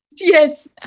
Yes